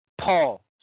Paul